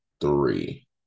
three